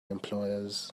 employers